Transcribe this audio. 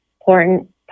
important